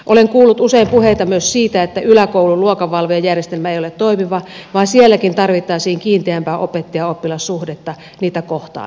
olen kuullut usein puheita myös siitä että yläkoulun luokanvalvojajärjestelmä ei ole toimiva vaan sielläkin tarvittaisiin kiinteämpää opettajaoppilas suhdetta niitä kohtaamisia